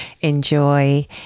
enjoy